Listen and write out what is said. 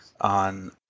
on